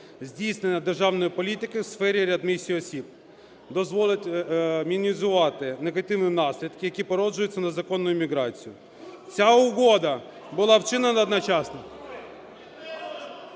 здійснення державної політики у сфері реадмісії осіб, дозволить мінімізувати негативні наслідки, які породжуються незаконною міграцією Ця угода була вчинена одночасно…